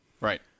right